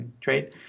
trade